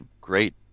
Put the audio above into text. great